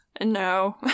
No